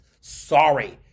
Sorry